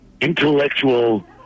intellectual